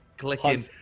clicking